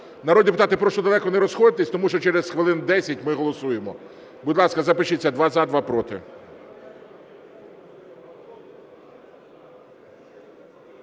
Народні депутати, прошу далеко не розходитися, тому що через хвилин десять ми голосуємо. Будь ласка, запишіться: два – за,